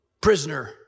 prisoner